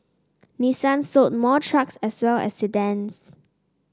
Nissan sold more trucks as well as sedans